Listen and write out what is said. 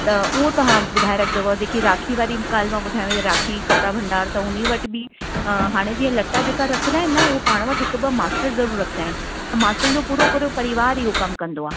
त उहो तव्हां ॿुधाए रखदव जेकी राखी वारी ॻाल्हि मां ॿुधाए त राखी कपिड़ा भंडार त उन वटि बि हाणे जीअं लटा जेका रखंदा आहिनि न उहो पाण वटि हिक ॿ मास्टर जरूर रखंदा आहिनि त मास्टरनि जो पूरो पूरो परिवार इहो कम कंदो आहे